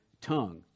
tongue